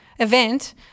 event